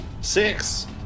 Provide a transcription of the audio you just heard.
six